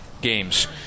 games